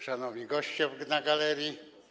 Szanowni goście na galerii!